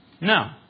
No